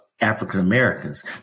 African-Americans